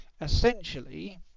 essentially